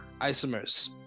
isomers